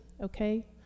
okay